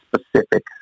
specific